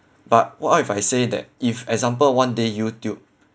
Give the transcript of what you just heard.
but what if I say that if example one day YouTube